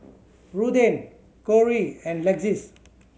Ruthanne Cori and Lexis